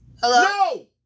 Hello